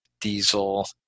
diesel